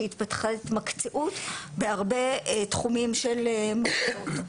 התמקצעות בהרבה תחומים של מחלות.